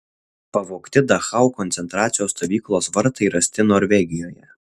pavogti dachau koncentracijos stovyklos vartai rasti norvegijoje